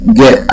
get